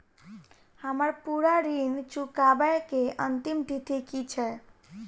हम्मर पूरा ऋण चुकाबै केँ अंतिम तिथि की छै?